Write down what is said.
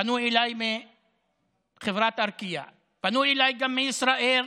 פנו אליי מחברת ארקיע, פנוי אליי גם מישראייר